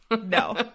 No